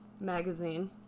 magazine